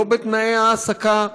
לא בתנאי ההעסקה,